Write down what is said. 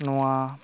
ᱱᱚᱣᱟ